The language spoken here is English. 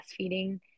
breastfeeding